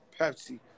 Pepsi